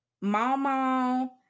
mama